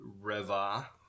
Reva